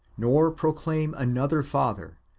nor proclaim another father,